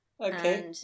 Okay